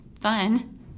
fun